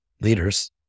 leaders